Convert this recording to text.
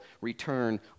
return